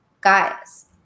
guys